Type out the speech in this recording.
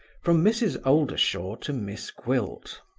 from mrs. oldershaw to miss gwilt.